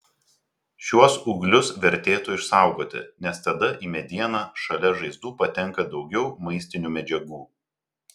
šiuos ūglius vertėtų išsaugoti nes tada į medieną šalia žaizdų patenka daugiau maistinių medžiagų